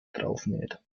draufnäht